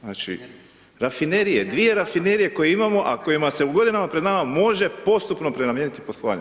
Znači, rafinerije, dvije rafinerije koje imamo, a kojima se u godinama pred nama može postupno prenamijeniti poslovanje.